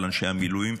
על אנשי המילואים,